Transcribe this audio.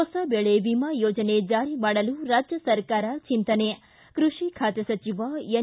ಹೊಸ ಬೆಳೆ ವಿಮಾ ಯೋಜನೆ ಜಾರಿ ಮಾಡಲು ರಾಜ್ಯ ಸರಕಾರ ಚಿಂತನೆ ಕೃಷಿ ಖಾತೆ ಸಚಿವ ಎನ್